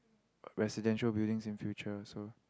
residential buildings in future so